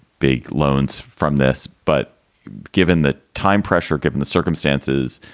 big loans from this. but given the time pressure, given the circumstances,